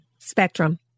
Spectrum